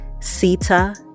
Sita